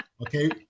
Okay